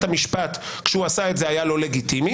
המשפט כשהוא עשה את זה היה לא לגיטימי,